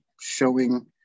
showing